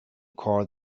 call